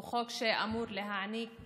הוא חוק שאמור להעניק